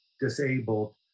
disabled